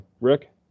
Rick